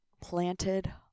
planted